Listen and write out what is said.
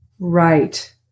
Right